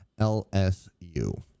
LSU